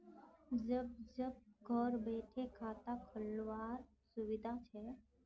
जब जब घर बैठे खाता खोल वार सुविधा छे